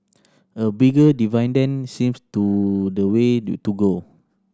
a bigger dividend seems to the way to go